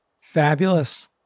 Fabulous